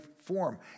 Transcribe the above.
form